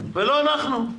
ולא אנחנו,